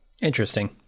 Interesting